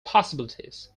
possibilities